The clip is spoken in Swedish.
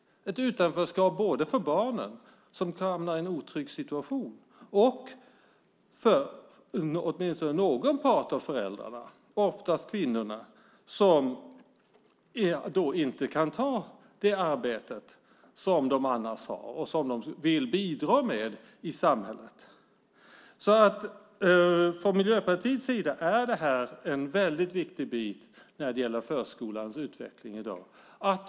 Det är ett utanförskap både för barnen, som hamnar i en otrygg situation, och för någon part av föräldrarna, oftast kvinnorna, som inte kan utföra det arbete som de annars har och som de vill bidra med i samhället. För Miljöpartiet är det här en viktig del i förskolans utveckling.